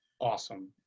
awesome